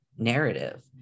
narrative